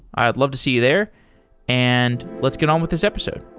i'd love to see you there and let's get on with this episode